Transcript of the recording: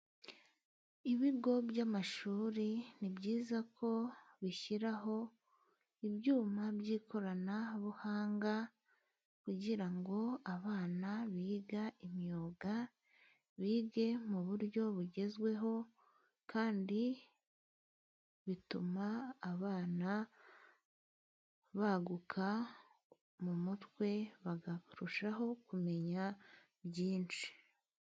Ibigo by'amashuri ni byiza ko bishyiraho ibyuma by'ikoranabuhanga kugira ngo abana biga imyuga bige mu buryo bugezweho, kandi bituma abana baguka mu mutwe bakarushaho kumenya byinshi.